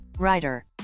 writer